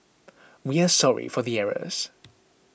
we are sorry for the errors